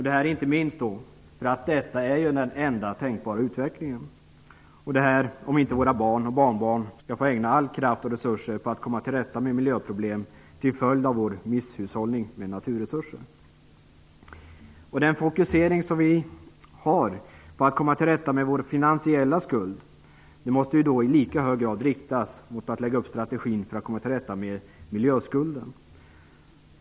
Detta inte minst för att det är den enda tänkbara utvecklingen för att inte våra barn och barnbarn skall få ägna alla krafter och resurser åt att komma till rätta med miljöproblem till följd av vår misshushållning med naturresurser. Fokuseringen för att komma till rätta med vår finansiella skuld måste i lika hög grad riktas mot att lägga upp strategin för att komma till rätta med miljöskulden.